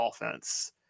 offense